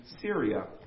Syria